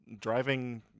driving